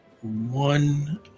one